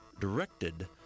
directed